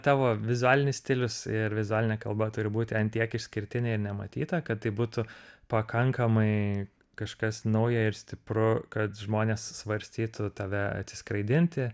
tavo vizualinis stilius ir vizualinė kalba turi būt ant tiek išskirtinė ir nematyta kad tai būtų pakankamai kažkas naujo ir stipru kad žmonės svarstytų tave atsiskraidinti